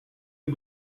les